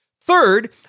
Third